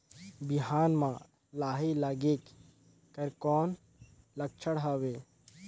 बिहान म लाही लगेक कर कौन लक्षण हवे?